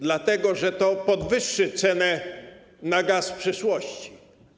Dlatego, że to podwyższy cenę gazu w przyszłości.